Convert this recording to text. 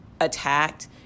attacked